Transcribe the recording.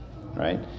right